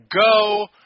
go